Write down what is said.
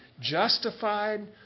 justified